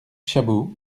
chabaud